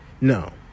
No